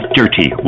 dirty